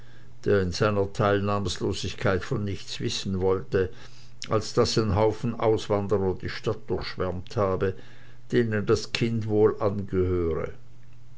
seiner teilnahmlosigkeit von nichts wissen wollte als daß ein haufen auswanderer die stadt durchschwärmt habe denen das kind wohl angehöre